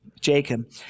Jacob